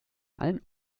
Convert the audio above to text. allen